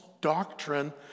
doctrine